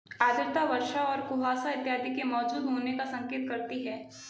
आर्द्रता वर्षा और कुहासा इत्यादि के मौजूद होने का संकेत करती है